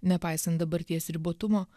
nepaisant dabarties ribotumo